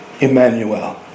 Emmanuel